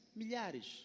milhares